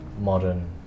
modern